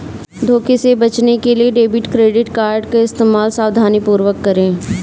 धोखे से बचने के लिए डेबिट क्रेडिट कार्ड का इस्तेमाल सावधानीपूर्वक करें